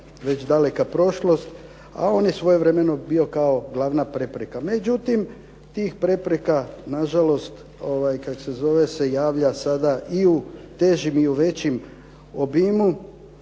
već daleka prošlost, a on je svojevremeno bio kao glavna prepreka. Međutim, tih prepreka nažalost se javlja sada i u težim i u većem obimu